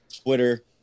Twitter